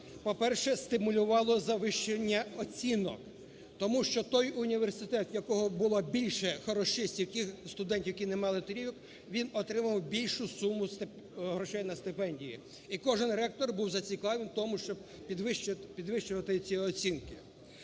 по-перше, стимулювало завищення оцінок. Тому що той університет, в якому було більше хорошистів, студентів, які не мали трійок, він отримував більшу суму грошей на стипендії. І кожен ректор був зацікавлений в тому, щоб підвищувати ці оцінки.